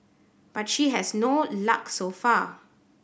but she has no luck so far